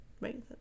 Right